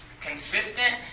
consistent